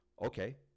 Okay